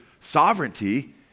sovereignty